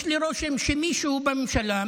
יש לי רושם שמישהו בממשלה,